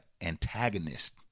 antagonist